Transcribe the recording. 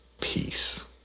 Peace